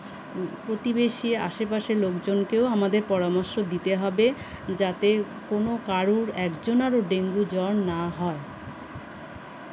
প্রতিবেশী আশেপাশের লোকজনকেও আমাদের পরামর্শ দিতে হবে যাতে কোনো কারুর একজনারও ডেঙ্গু জ্বর না হয়